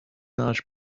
large